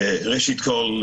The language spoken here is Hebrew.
ראשית כל,